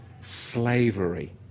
slavery